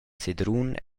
sedrun